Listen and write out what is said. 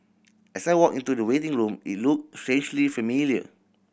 as I walked into the waiting room it looked strangely familiar